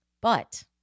But-